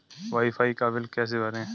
Wi fi का bill कैसे भरें?